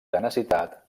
tenacitat